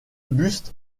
buste